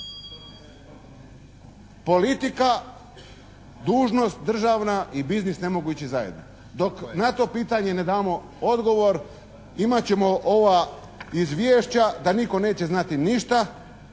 Politika, dužnost državna i bussiness ne mogu ići zajedno dok na to pitanje ne damo odgovor imat ćemo ova izvješća da nitko neće znati ništa,